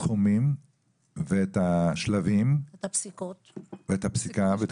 הסכומים ואת השלבים ואת הפסיקה ואת